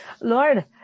Lord